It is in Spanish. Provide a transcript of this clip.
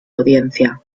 audiencia